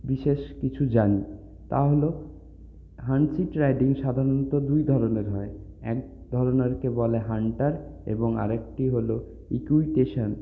বিশেষ কিছু জানি তা হল হানসিট রাইডিং সাধারণত দুই ধরনের হয় এক ধরনেরকে বলে হান্টার এবং আরেকটি হল ইক্যুইটেশন